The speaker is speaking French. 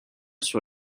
sur